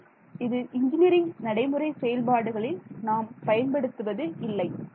ஆனால் இது இன்ஜினியரிங் நடைமுறை செயல்பாடுகளில் நாம் பயன்படுத்துவது இல்லை